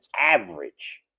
average